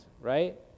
right